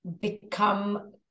become